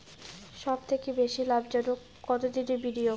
সবথেকে বেশি লাভজনক কতদিনের বিনিয়োগ?